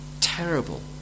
terrible